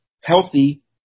healthy